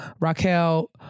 Raquel